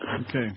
Okay